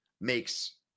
makes